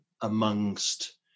amongst